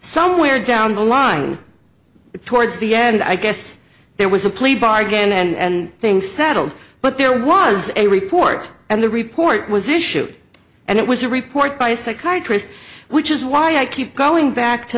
somewhere down the line towards the end i guess there was a plea bargain and thing settled but there was a report and the report was issued and it was a report by a psychiatrist which is why i keep going back to